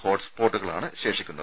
ഹോട്ട്സ്പോട്ടുകളാണ് ശേഷിക്കുന്നത്